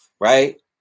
Right